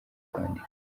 kwandika